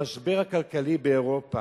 המשבר הכלכלי באירופה,